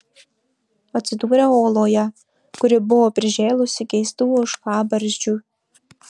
atsidūriau oloje kuri buvo prižėlusi keistų ožkabarzdžių